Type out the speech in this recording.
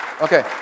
Okay